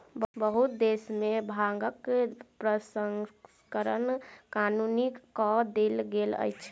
बहुत देश में भांगक प्रसंस्करण कानूनी कअ देल गेल अछि